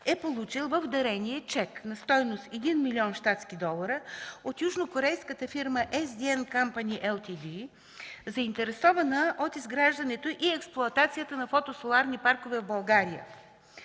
е получил в дарение чек на стойност 1 млн. щатски долара от южнокорейската фирма SDN Company Ltd, заинтересована от изграждането и експлоатацията на фотосоларни паркове в България.